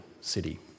city